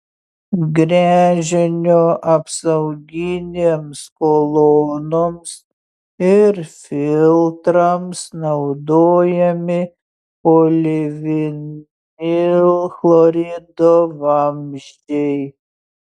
gręžinio apsauginėms kolonoms ir filtrams naudojami polivinilchlorido vamzdžiai